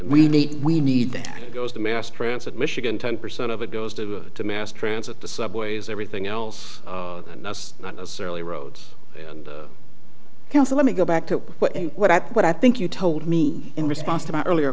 we need we need that goes to mass transit michigan ten percent of it goes to the mass transit the subways everything else that's not necessarily roads and council let me go back to what i what i think you told me in response to my earlier